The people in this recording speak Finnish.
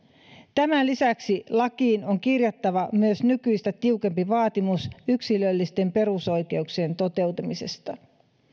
tämän lisäksi lakiin on kirjattava myös nykyistä tiukempi vaatimus yksilöllisten perusoikeuksien toteutumisesta